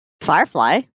Firefly